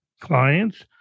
clients